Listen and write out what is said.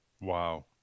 wow